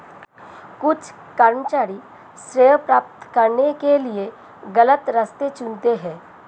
कुछ कर्मचारी श्रेय प्राप्त करने के लिए गलत रास्ते चुनते हैं